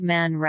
Man